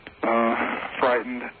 frightened